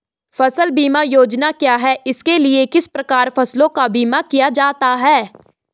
फ़सल बीमा योजना क्या है इसके लिए किस प्रकार फसलों का बीमा किया जाता है?